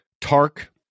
Tark